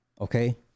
Okay